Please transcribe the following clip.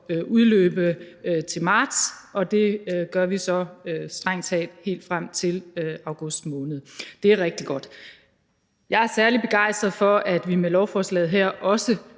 udløbe til marts, og det gør vi så strengt taget helt frem til august måned. Det er rigtig godt. Jeg er særlig begejstret for, at vi med lovforslaget her også